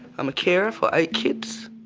i'm a carer for eight kids.